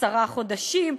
עשרה חודשים,